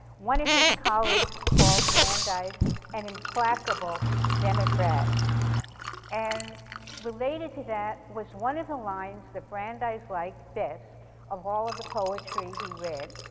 one of his colleagues called brandeis an impractical democrat and related to that was one of the lines that brandeis liked best of all of the poetry he read.